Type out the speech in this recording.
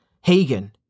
Hagen